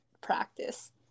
practice